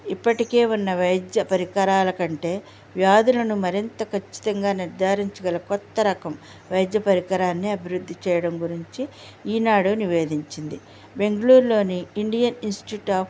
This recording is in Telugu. ఇప్పటికే ఉన్న వైద్య పరికరాలకంటే వ్యాధులను మరింత ఖచ్చితంగా నిర్ధారించగల కొత్తరకం వైద్య పరికరాన్ని అభివృద్ధి చేయడం గురించి ఈనాడు నివేధించింది బెంగుళూర్లోని ఇన్స్ట్యూట్ ఆఫ్